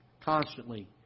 constantly